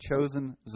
chosen